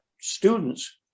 students